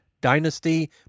Dynasty